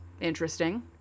Interesting